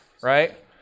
right